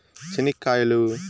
చెనిక్కాయలు